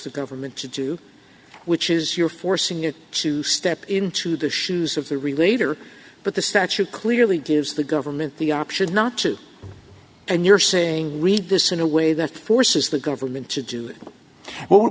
the government to do which is you're forcing it to step into the shoes of the relator but the statute clearly gives the government the option not to and you're saying read this in a way that forces the government to do what